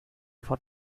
von